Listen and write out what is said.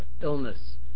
illness